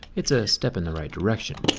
it's a step in the right direction.